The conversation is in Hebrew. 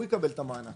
יקבל את המענק.